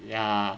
ya